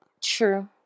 true